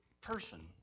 person